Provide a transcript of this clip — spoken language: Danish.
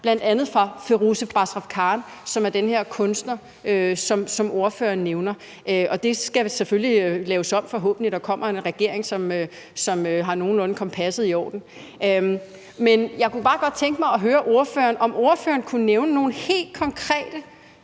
bl.a. fra Firoozeh Bazrafkan, som er den kunstner, som ordføreren nævner. Og det skal forhåbentlig laves om, når der kommer en regering, som har kompasset nogenlunde i orden. Men jeg kunne godt tænke mig at høre, om ordføreren kan nævne nogle helt konkrete